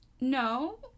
No